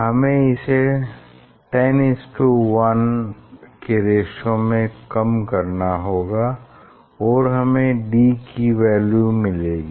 हमें इसे 10 is to 1 के रेश्यो में कम करना होगा और हमें d की वैल्यू मिलेगी